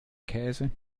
käse